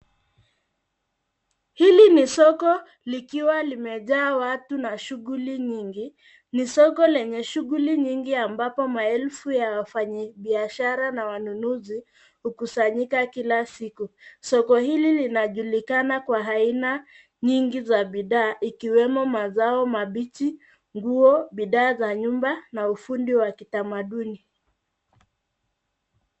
Hili ni soko likiwa likmejaa watu na shughuli nyingi. Ni soko lenye shughuli nyingi ambapo maelefu ya wafanyi biashara na wanunuzi hukusanyika kila siku. Soko hili linajulikana kwa aina nyingi za bidhaa ikiwemo madhao mabichi, nguo, bidhaa za nyumba na ufundi wa kitamaduni.